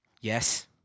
Yes